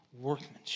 workmanship